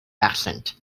accent